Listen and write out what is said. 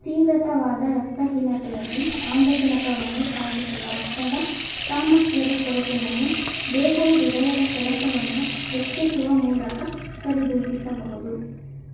ತೀವ್ರವಾದ ರಕ್ತಹೀನತೆಯಲ್ಲಿ ಆಮ್ಲಜನಕವನ್ನು ಸಾಗಿಸುವ ರಕ್ತದ ಸಾಮರ್ಥ್ಯದ ಕೊರತೆಯನ್ನು ದೇಹವು ಹೃದಯದ ಕೆಲಸವನ್ನು ಹೆಚ್ಚಿಸುವ ಮೂಲಕ ಸರಿದೂಗಿಸಬಹುದು